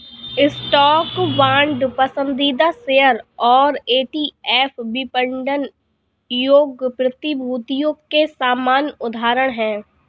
stock, bond, पसंदीदा share और ETF विपणन योग्य प्रतिभूतियों के सामान्य उदाहरण हैं